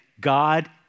God